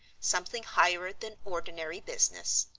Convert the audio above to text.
something higher than ordinary business.